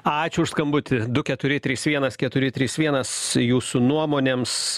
ačiū už skambutį du keturi trys vienas keturi trys vienas jūsų nuomonėms